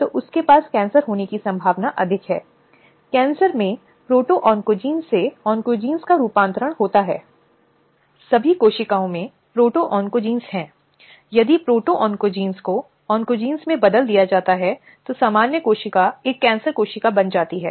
और नवीनतम आपराधिक कानून संशोधन अधिनियम 2013 यौन उत्पीड़न के आधार पर यौन उत्पीड़न के अपराध की अवधि विशेष रूप से धारा 354 ए भारतीय दंड संहिता 1860 में रखी गई है